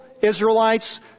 Israelites